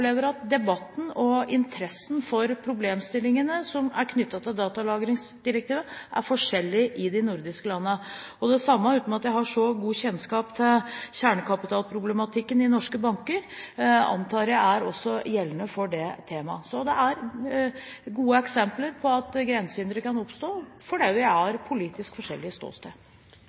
at debatten og interessen for problemstillingene som er knyttet til datalagringsdirektivet, er forskjellig i de nordiske landene. Det samme antar jeg gjelder – uten at jeg har så god kjennskap til det – kjernekapitalproblematikken i norske banker. Så dette er gode eksempler på at grensehindre kan oppstå fordi vi har politisk forskjellig ståsted.